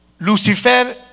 Lucifer